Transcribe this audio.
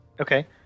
Okay